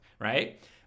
right